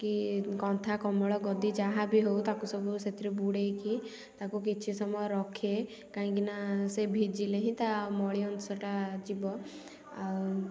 କି କନ୍ଥା କମଳ ଗଦି ଯାହା ବି ହେଉ ତା'କୁ ସବୁ ସେଥିରେ ବୁଡ଼େଇକି ତା'କୁ କିଛି ସମୟ ରଖେ କାହିଁକି ନା ସେ ଭିଜିଲେ ହିଁ ତା ମଳି ଅଂଶଟା ଯିବ ଆଉ